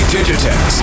Digitex